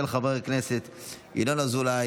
של חברת הכנסת מירב בן ארי,